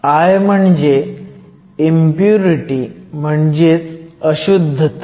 i म्हणजे impurity म्हणजेच अशुद्धता